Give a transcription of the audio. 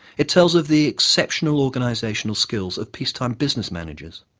it tells of the exceptional organizational skills of peacetime business managers.